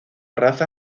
raza